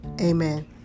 amen